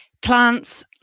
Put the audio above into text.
plants